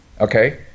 okay